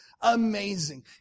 amazing